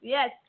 Yes